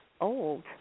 old